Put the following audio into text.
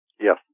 Yes